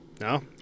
No